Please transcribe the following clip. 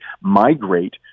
migrate